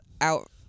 out